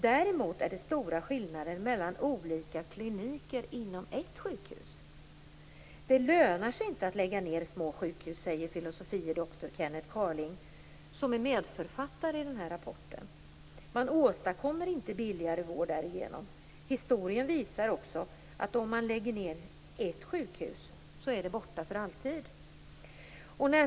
Däremot är det stora skillnader mellan olika kliniker inom ett sjukhus. Det lönar sig inte att lägga ned små sjukhus, säger fil.dr Kennet Carling, som är medförfattare till nämnda rapport. Man åstadkommer inte därigenom billigare vård. Historien visar också att om ett sjukhus läggs ned så är det borta för alltid.